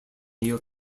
neil